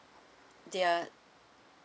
they're